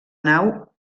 nau